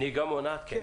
נהיגה מונעת, כן.